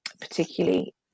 particularly